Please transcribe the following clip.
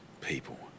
people